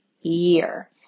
year